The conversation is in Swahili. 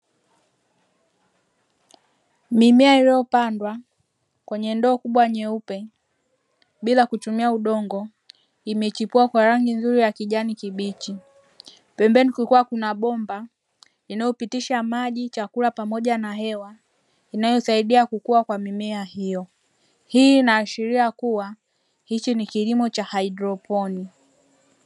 Mimea iliyopandwa kwenye ndoo kubwa nyeupe bila kutumia udongo imechipua kwa rangi nzuri ya kijani kibichi; pembeni kulikuwa kuna bomba linaopitisha maji, chakula pamoja na hewa inayosaidia kukua kwa mimea hiyo. Hii inaashiria kuwa hichi ni kilimo cha haidroponi.